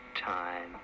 time